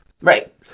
Right